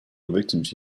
victims